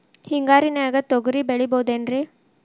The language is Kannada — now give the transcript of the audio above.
ಹಿಂಗಾರಿನ್ಯಾಗ ತೊಗ್ರಿ ಬೆಳಿಬೊದೇನ್ರೇ?